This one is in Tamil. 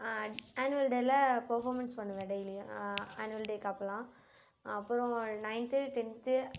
ஆனுவல் டேவில பேர்ஃபார்மன்ஸ் பண்ணுவேன் டெய்லியும் ஆனுவல் டேவுக்கு அப்போல்லாம் அப்பறம் நைன்த்து டென்த்து